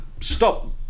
stop